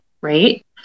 right